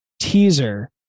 teaser